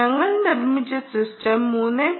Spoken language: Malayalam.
ഞങ്ങൾ നിർമ്മിച്ച സിസ്റ്റം 3